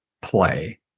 play